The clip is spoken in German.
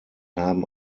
haben